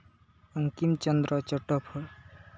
Bankim Chandra Chatto